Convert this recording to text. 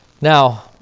Now